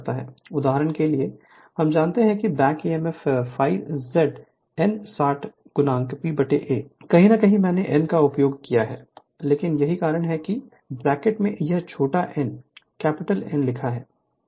उदाहरण के लिए हम जानते हैं कि back Emf ∅ Z n 60 PA कहीं न कहीं मैंने N का उपयोग किया होगा लेकिन यही कारण है कि ब्रैकेट में यह छोटा n N लिखा है